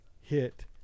hit